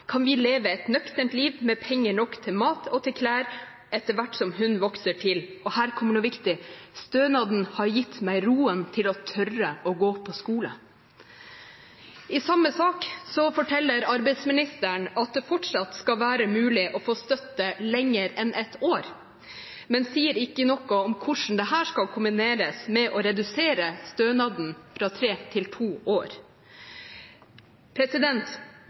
kan vi leve et nøkternt liv med penger nok til mat, og til klær etter hvert som hun vokser til.» – og her kommer noe viktig – «Stønaden har gitt meg roen til å tørre å gå på skole.» I samme sak forteller arbeidsministeren at det fortsatt skal være mulig å få støtte lenger enn ett år, men sier ikke noe om hvordan dette skal kombineres med å redusere stønaden fra tre til to år.